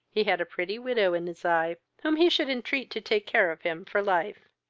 he had a pretty widow in his eye, whom he should entreat to take care of him for life.